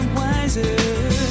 wiser